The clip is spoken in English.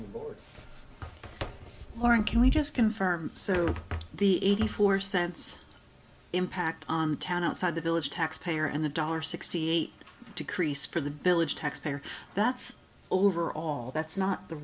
board learn can we just confirm so the eighty four cents impact on town outside the village tax payer and the dollar sixty eight decrease for the bill it's taxpayer that's over all that's not the